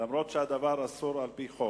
אף-על-פי שהדבר אסור על-פי חוק.